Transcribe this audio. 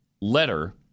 letter